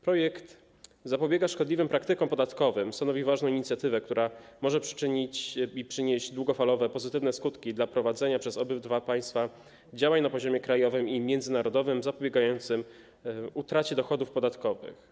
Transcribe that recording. Projekt zapobiega szkodliwym praktykom podatkowym, stanowi ważną inicjatywę, która może przynieść długofalowe pozytywne skutki dla prowadzenia przez obydwa państwa działań na poziomie krajowym i międzynarodowym zapobiegających utracie dochodów podatkowych.